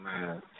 man